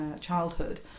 childhood